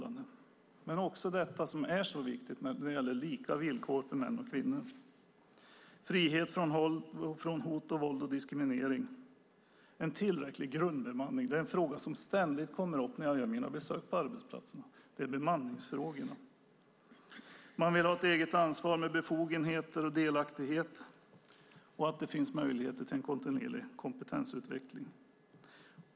Men det gäller också det som är så viktigt, nämligen lika villkor mellan män och kvinnor, frihet från hot, våld och diskriminering samt en tillräcklig grundbemanning. Det är en fråga som ständigt kommer upp när jag gör mina besök på arbetsplatser: bemanningen. Man vill ha ett eget ansvar med befogenheter och delaktighet, och man vill att det finns möjlighet till kontinuerlig kompetensutveckling.